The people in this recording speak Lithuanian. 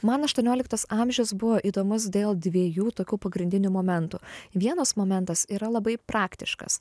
man aštuonioliktas amžius buvo įdomus dėl dviejų tokių pagrindinių momentų vienas momentas yra labai praktiškas